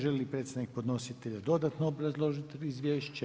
Želi li predstavnik podnositelja dodatno obrazložiti izvješće?